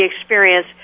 experience